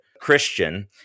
christian